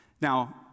Now